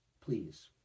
Please